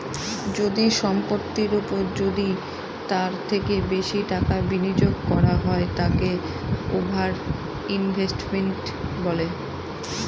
যদি সম্পত্তির ওপর যদি তার থেকে বেশি টাকা বিনিয়োগ করা হয় তাকে ওভার ইনভেস্টিং বলে